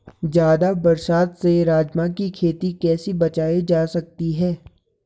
ज़्यादा बरसात से राजमा की खेती कैसी बचायी जा सकती है?